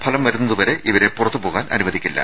ഫലം വരുന്നതുവരെ ഇവരെ പുറത്തുപോകാൻ അനുവദിക്കില്ല